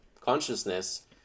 consciousness